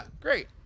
great